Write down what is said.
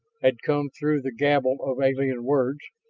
had come through the gabble of alien words,